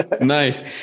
Nice